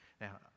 Now